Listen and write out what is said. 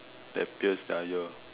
that pierce their ear